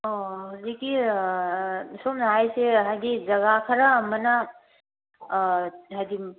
ꯑꯧ ꯍꯧꯖꯤꯛꯀꯤ ꯁꯣꯝꯅ ꯍꯥꯏꯁꯦ ꯍꯥꯏꯗꯤ ꯖꯒꯥ ꯈꯔ ꯑꯃꯅ ꯍꯥꯏꯗꯤ